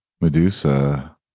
Medusa